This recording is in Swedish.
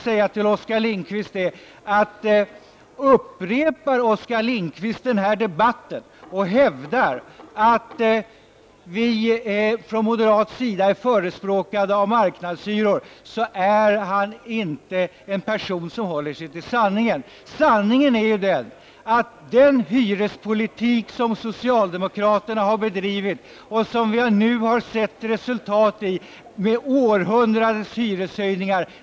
Om Oskar Lindkvist upprepar den här debatten och hävdar att moderaterna är förespråkare för marknadshyror, är han inte en person som håller sig till sanningen. Sanningen är den att den hyrespolitik som socialdemokraterna har bedrivit nu har resulterat i århundradets hyreshöjningar.